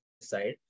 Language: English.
side